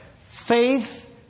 Faith